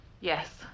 Yes